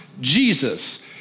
Jesus